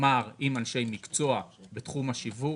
תמר עם אנשי מקצוע בתחום השיווק.